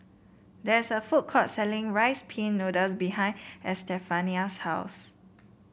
there is a food court selling Rice Pin Noodles behind Estefania's house